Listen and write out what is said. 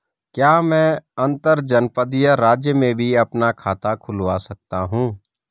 क्या मैं अंतर्जनपदीय राज्य में भी अपना खाता खुलवा सकता हूँ?